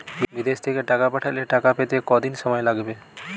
বিদেশ থেকে টাকা পাঠালে টাকা পেতে কদিন সময় লাগবে?